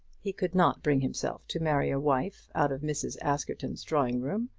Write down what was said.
he could not bring himself to marry a wife out of mrs. askerton's drawing-room,